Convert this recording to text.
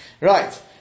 Right